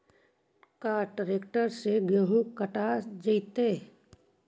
का ट्रैक्टर से गेहूं कटा जितै?